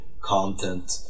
content